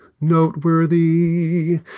noteworthy